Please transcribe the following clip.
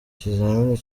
ikizamini